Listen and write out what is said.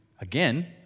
Again